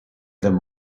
them